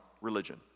religion